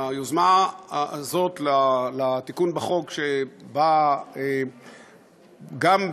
היוזמה הזאת לתיקון בחוק שבאה גם,